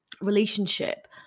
relationship